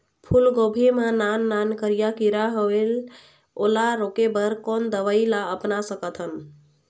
फूलगोभी मा नान नान करिया किरा होयेल ओला रोके बर कोन दवई ला अपना सकथन?